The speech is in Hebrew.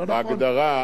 אין הגדרה.